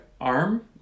arm